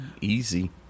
Easy